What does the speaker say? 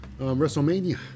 WrestleMania